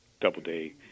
Doubleday